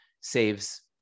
saves